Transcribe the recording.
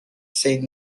say